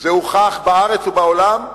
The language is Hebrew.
זה הוכח בארץ ובעולם,